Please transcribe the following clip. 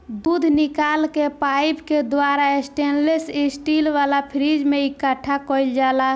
दूध निकल के पाइप के द्वारा स्टेनलेस स्टील वाला फ्रिज में इकठ्ठा कईल जाला